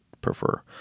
prefer